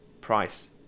price